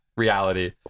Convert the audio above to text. reality